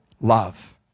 love